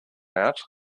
out